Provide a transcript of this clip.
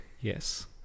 yes